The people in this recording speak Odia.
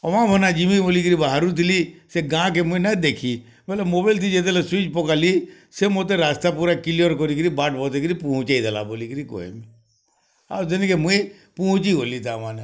ଅମାମନା ଯିବି ବୋଲି ବାହାକୁ ଥିଲି ସେ ଗାଁକେ ମୁଇଁ ନା ଦେଖିଁ ବୋଲେ ମୋବାଇଲ୍ କେ ଯେତେବେଳଲେ ସିମ୍ ପକେଇଲି ସେ ମୋତେ ରାସ୍ତା ପୁରା କ୍ଲିୟର୍ କରି କିରି ବାଟ୍ ବତେଇ କିରି ପହଞ୍ଚେଇ ଦେଲା ବୋଲି କିରି କହିଲି ଆଉ ଯେମିତି କି ମୁଇଁ ପହଞ୍ଚି ଗଲିଁ ତାମାନେ